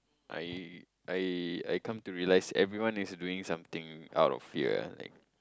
I I I come to realize everyone is doing something out of fear like